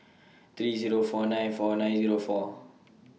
three Zero four nine four nine Zero four